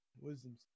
Wisdom